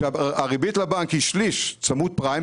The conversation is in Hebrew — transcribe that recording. כאשר הריבית לבנק היא: שליש צמוד פריים,